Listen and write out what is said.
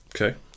Okay